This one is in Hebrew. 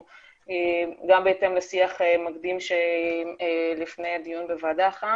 בהתאם לשיח מקדים שהיה לפני הדיון בוועדה אנחנו